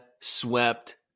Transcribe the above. swept